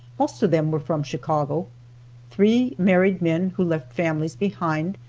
most of them were from chicago three married men who left families behind,